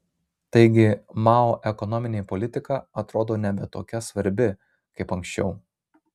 taigi mao ekonominė politika atrodo nebe tokia svarbi kaip anksčiau